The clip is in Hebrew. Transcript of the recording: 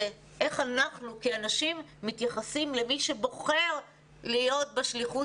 זה איך אנחנו כאנשים מתייחסים למי שבוחר להיות בשליחות